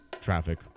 traffic